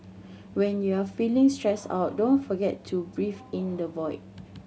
when you are feeling stressed out don't forget to breathe in the void